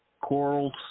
Corals